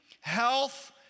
health